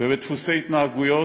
ועם דפוסי התנהגויות,